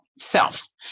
self